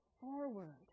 forward